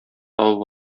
табып